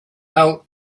out